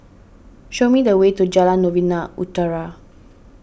show me the way to Jalan Novena Utara